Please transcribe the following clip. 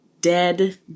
dead